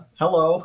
hello